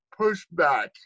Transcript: pushback